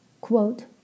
Quote